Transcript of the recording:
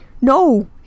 No